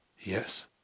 Yes